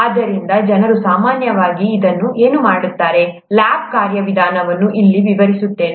ಆದ್ದರಿಂದ ಜನರು ಸಾಮಾನ್ಯವಾಗಿ ಏನು ಮಾಡುತ್ತಾರೆ ಲ್ಯಾಬ್ ಕಾರ್ಯವಿಧಾನವನ್ನು ಇಲ್ಲಿ ವಿವರಿಸುತ್ತೇನೆ